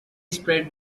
spread